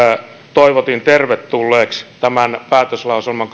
toivotin tervetulleeksi päätöslauselman